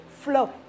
flow